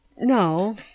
No